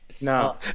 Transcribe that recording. No